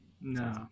No